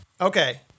Okay